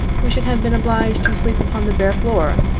we should have been obliged to sleep upon the bare floor,